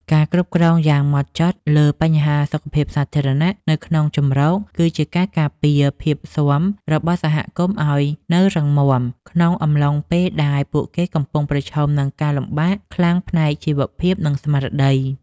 ការគ្រប់គ្រងយ៉ាងម៉ត់ចត់លើបញ្ហាសុខភាពសាធារណៈនៅក្នុងជម្រក គឺជាការការពារភាពស៊ាំរបស់សហគមន៍ឱ្យនៅរឹងមាំ ក្នុងអំឡុងពេលដែលពួកគេកំពុងប្រឈមនឹងការលំបាកខ្លាំងផ្នែកជីវភាព និងស្មារតី។